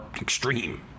extreme